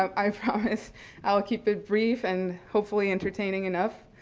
i promise i'll keep it brief and hopefully entertaining enough.